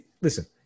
Listen